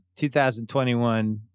2021